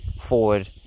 forward